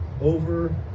over